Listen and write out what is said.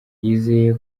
yizeye